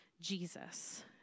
Jesus